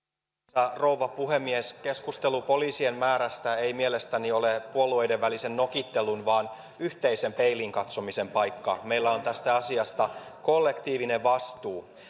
arvoisa rouva puhemies keskustelu poliisien määrästä ei mielestäni ole puolueiden välisen nokittelun vaan yhteisen peiliin katsomisen paikka meillä on tästä asiasta kollektiivinen vastuu